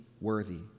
worthy